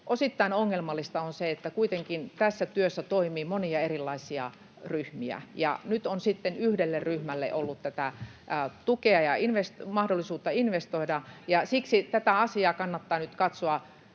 osittain ongelmallista on se, että kuitenkin tässä työssä toimii monia erilaisia ryhmiä ja nyt on sitten yhdelle ryhmälle tullut tätä tukea ja mahdollisuuksia investoida. Siksi tätä asiaa kannattaa nyt katsoa